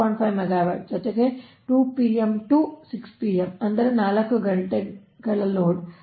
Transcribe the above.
5 megawatt ಜೊತೆಗೆ 2 pm ನಿಂದ 6 pm ಅಂದರೆ 4 ಗಂಟೆಗಳ ಲೋಡ್ 2